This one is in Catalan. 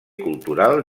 cultural